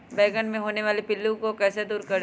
बैंगन मे होने वाले पिल्लू को कैसे दूर करें?